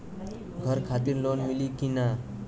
घर खातिर लोन मिली कि ना?